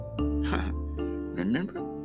remember